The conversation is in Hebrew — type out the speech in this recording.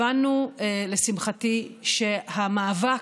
הבנו לשמחתי שהמאבק,